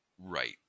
Right